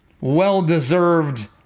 well-deserved